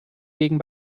gegen